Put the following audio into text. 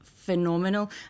Phenomenal